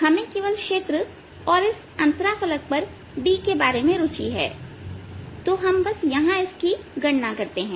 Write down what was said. हमें केवल क्षेत्र और इस अंतरा फलक पर D के बारे में रुचि हैतो हम बस यहां इसकी गणना करते हैं